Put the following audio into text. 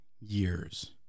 years